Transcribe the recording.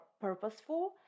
purposeful